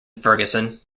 ferguson